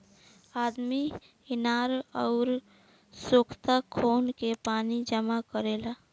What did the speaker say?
आदमी इनार अउर सोख्ता खोन के पानी जमा करेला